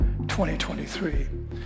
2023